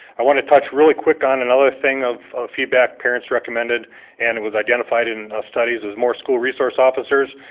i want to touch really quick on another thing of feedback parents recommended and it was identified in ah studies as more school resource officers.